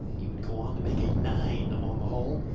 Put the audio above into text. he would go on to make a nine on the hole.